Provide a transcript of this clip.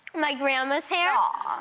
my grandma's hair.